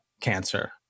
cancer